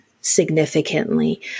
significantly